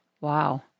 Wow